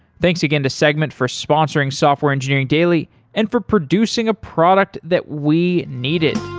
thanks again to segment for sponsoring software engineering daily and for producing a product that we needed.